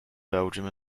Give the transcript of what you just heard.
belgium